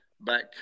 back